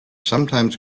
sometimes